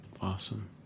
Awesome